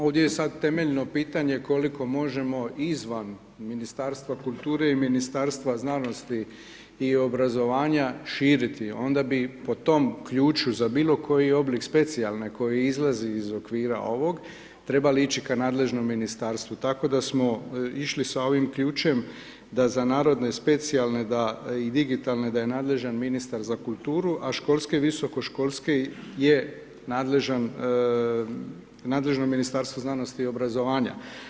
Ovdje je sada temeljno pitanje, koliko možemo izvan Ministarstva kulture i Ministarstva znanosti i obrazovanja širiti, onda bi po tom ključu, za bilo koji oblik specijalne koji izlazi iz okvira ovog, trebali ići u nadležno ministarstvo, tako da smo išli sa ovim ključem da za narodne, specijalne i digitalne da je nadležan ministar za kulture, a školske, visokoškolske je nadležno Ministarstvo znanosti i obrazovanja.